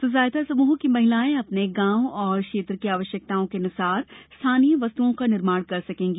स्व सहायता समूहों की महिलाएं अपने गांव और क्षेत्र की आवश्यकताओं के अनुसार स्थानीय वस्तुओं का निर्माण कर सकेंगी